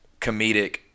comedic